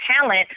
talent